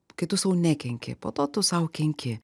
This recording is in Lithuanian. kai tu sau nekenki po to tu sau kenki